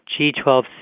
G12C